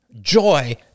joy